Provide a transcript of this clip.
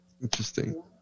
Interesting